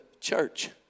church